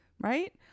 right